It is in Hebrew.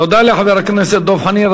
תודה לחבר הכנסת דב חנין.